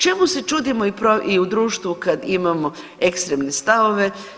Čemu se čudimo i u društvu kad imamo ekstremne stavove?